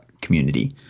community